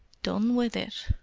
done with it?